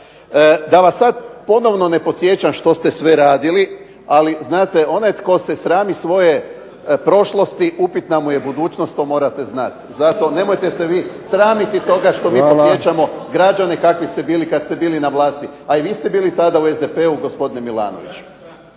Da vas sad ponovno ne podsjećam što ste sve radili, ali znate onaj tko se srami svoje prošlosti upitna mu je budućnost to morate znati. I zato nemojte se vi sramiti toga što mi podsjećamo građane kakvi ste bili kad ste bili na vlasti. A i vi ste bili tada u SDP-u gospodine Milanoviću.